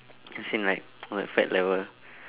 as in like the fat level